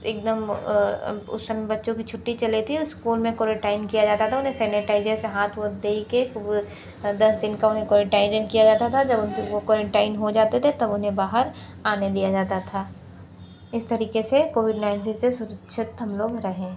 एकदम उस समय बच्चों की छुट्टी चली थी स्कूल में कोरनटाइन किया जाता था उन्हें सेनिटाईज़र से हाथ वाथ धो के वह दस दिन का उन्हें कोरनटाइन किया जाता था जब वो कोरनटाइन हो जाते थे तब उन्हें बाहर आने दिया जाता था इस तरीके से कोविड नाइन्टीन से सुरक्षित हम लोग रहें